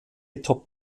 top